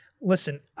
listen